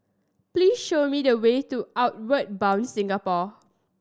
please show me the way to Outward Bound Singapore